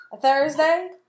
Thursday